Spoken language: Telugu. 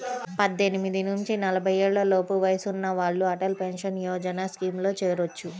పద్దెనిమిది నుంచి నలభై ఏళ్లలోపు వయసున్న వాళ్ళు అటల్ పెన్షన్ యోజన స్కీమ్లో చేరొచ్చు